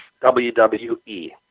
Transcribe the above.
WWE